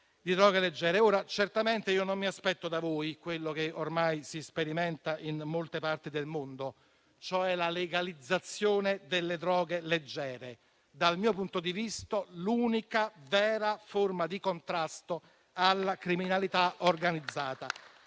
Certamente io non mi aspetto da voi quello che ormai si sperimenta in molte parti del mondo, cioè la legalizzazione delle droghe leggere, che, dal mio punto di vista, è l'unica vera forma di contrasto alla criminalità organizzata.